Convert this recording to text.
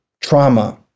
trauma